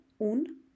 un